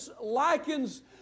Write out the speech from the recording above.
likens